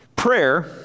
prayer